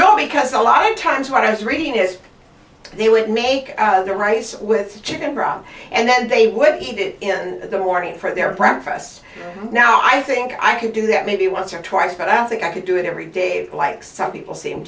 known because a lot of times what i was reading is they would make their rice with chicken broth and then they would eat it in the morning for their breakfasts now i think i could do that maybe once or twice but i don't think i could do it every day like some people seem